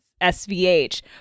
SVH